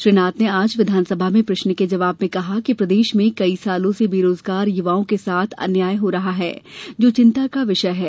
श्री नाथ ने आज विधानसभा में प्रश्न के जवाब में कहा कि प्रदेश में कई वर्षो से बेरोजगार युवाओं के साथ अन्याय हो रहा है जो चिंता का विषय है